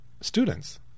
students